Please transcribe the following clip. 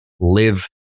live